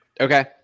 Okay